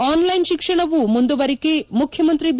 on line ಶಿಕ್ಷಣವೂ ಮುಂದುವರಿಕೆ ಮುಖ್ಯಮಂತ್ರಿ ಬಿ